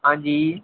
आं जी